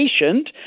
patient